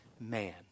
man